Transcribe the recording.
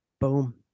boom